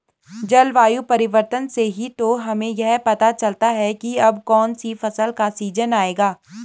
जलवायु परिवर्तन से ही तो हमें यह पता चलता है की अब कौन सी फसल का सीजन आयेगा